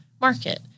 market